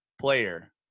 player